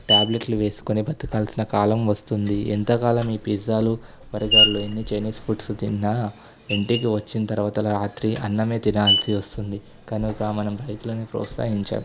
ట్యాబ్లెట్లు వేసుకుని బతకాల్సిన కాలం వస్తుంది ఎంతకాలం ఈ పిజ్జాలు బర్గర్లు ఎన్ని చైనీస్ ఫుడ్స్ తిన్నా ఇంటికి వచ్చిన తరవాత రాత్రి అన్నమే తినాల్సి వస్తుంది కనుక మనం రైతులని ప్రోత్సహించాలి